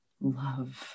love